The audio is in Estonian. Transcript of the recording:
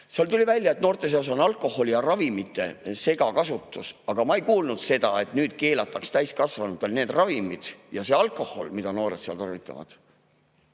Seal tuli välja, et noorte seas on alkoholi ja ravimite segakasutus, aga ma ei kuulnud seda, et nüüd keelataks täiskasvanutel need ravimid ja see alkohol, mida noored tarvitavad.